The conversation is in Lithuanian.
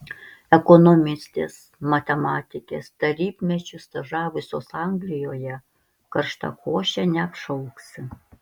ekonomistės matematikės tarybmečiu stažavusios anglijoje karštakoše neapšauksi